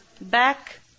Back